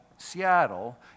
Seattle